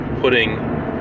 putting